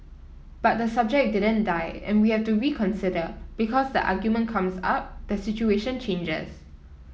but the subject didn't die and we have to reconsider because the argument comes up the situation changes